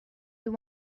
you